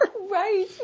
Right